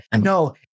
No